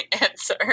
answer